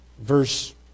verse